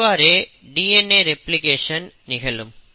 இவ்வாறே DNA replication நிகழும்